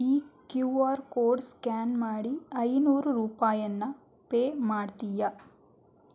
ಈ Q R code scan ಮಾಡಿ ಐನೂರು ರೂಪಾಯನ್ನು ಪೇ ಮಾಡ್ತೀಯ